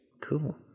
Cool